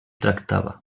tractava